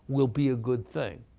will be a good thing.